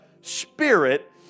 Spirit